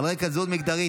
רבנים אזוריים,